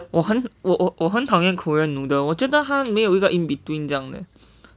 我很我我我很讨厌 korean noodle 我觉得它有一个 in between 这样 leh